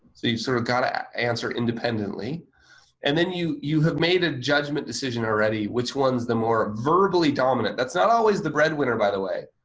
you sort of got to answer independently and then you you have made a judgment decision already, which one's the more verbally dominant. that's not always the breadwinner, by the way.